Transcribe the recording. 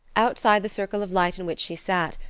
outside the circle of light in which she sat,